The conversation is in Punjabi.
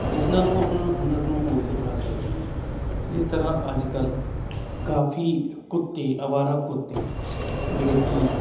ਜਿਸ ਨਾਲ ਉਹ ਆਪਣਾ ਹੁਨਰ ਨੂੰ ਹੋਰ ਸੁਧਾਰ ਸਕਦੇ ਨੇ ਜਿਸ ਤਰ੍ਹਾਂ ਅੱਜ ਕੱਲ੍ਹ ਕਾਫ਼ੀ ਕੁੱਤੇ ਅਵਾਰਾ ਕੁੱਤੇ ਜਿਹੜੇ ਕਿ